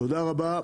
תודה רבה.